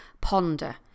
ponder